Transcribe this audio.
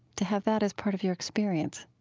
to have that as part of your experience